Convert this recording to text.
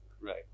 Right